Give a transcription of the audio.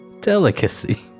delicacy